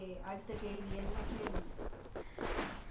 okay அடுத்த கேள்வி என்ன கேள்வி:adutha kelvi enna kelvi